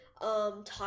talk